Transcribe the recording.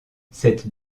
cette